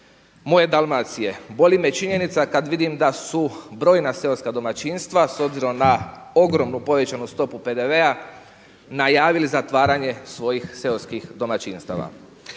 moje Dalmacije. Boli me činjenica kada vidim da su brojna seoska domaćinstva s obzirom na ogromnu povećanu stopu PDV-a najavili zatvaranje svojih seoskih domaćinstava.